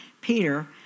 Peter